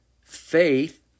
Faith